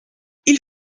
ils